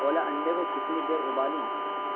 اولا انڈے کو کتنی دیر ابالوں